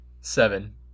Seven